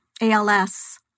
ALS